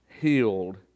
healed